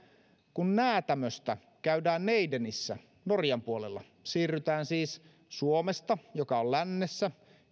kun näätämöstä käydään neidenissä norjan puolella siirrytään siis suomesta joka on lännessä